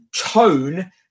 tone